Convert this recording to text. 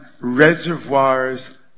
reservoirs